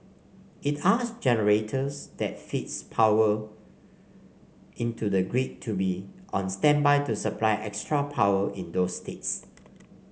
it asked generators that feeds power into the grid to be on standby to supply extra power in those states